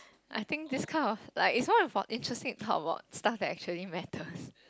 I think this kind of like it's one of our interesting talk about stuff that actually matters